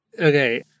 Okay